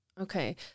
okay